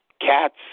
cats